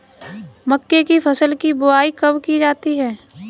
मक्के की फसल की बुआई कब की जाती है?